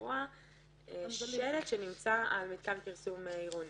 לקרוע שלט שנמצא על מתקן פרסום עירוני.